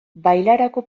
bailarako